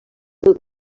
del